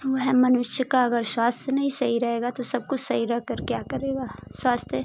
वो है मनुष्य का अगर स्वास्थ्य नहीं सही रहेगा तो सब कुछ सही रहकर क्या करेगा स्वास्थय